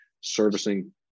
servicing